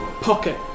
Pocket